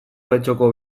getxoko